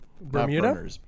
Bermuda